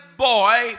Boy